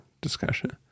discussion